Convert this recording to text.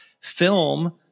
film